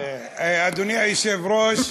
אדוני היושב-ראש,